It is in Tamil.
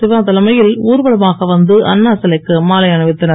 சிவா தலைமையில் ஊரர்வலமாக வந்து அண்ணா சிலைக்கு மாலை அணிவித்தனர்